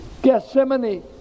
Gethsemane